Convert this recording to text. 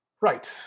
Right